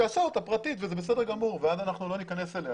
שיעשה אותה פרטית וזה בסדר גמור ואז לא ניכנס אליה